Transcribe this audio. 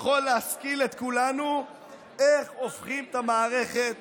יכולים להשכיל את כולנו איך הופכים את המערכת